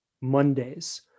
Mondays